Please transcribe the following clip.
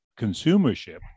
consumership